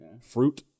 Fruit